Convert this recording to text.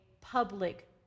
public